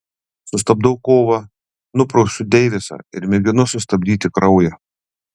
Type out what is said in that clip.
sustabdau kovą nuprausiu deivisą ir mėginu sustabdyti kraują